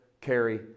carry